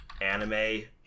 anime